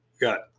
got